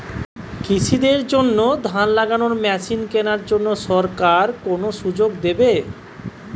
কৃষি দের জন্য ধান লাগানোর মেশিন কেনার জন্য সরকার কোন সুযোগ দেবে?